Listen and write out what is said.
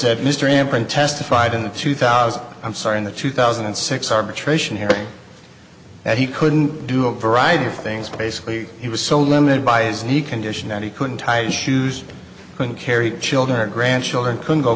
imprint testified in the two thousand i'm sorry in the two thousand and six arbitration hearing that he couldn't do a variety of things basically he was so limited by his new condition that he couldn't tie his shoes couldn't carry children or grandchildren couldn't go